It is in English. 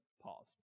pause